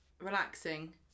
relaxing